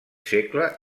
segle